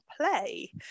play